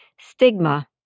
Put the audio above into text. Stigma